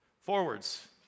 forwards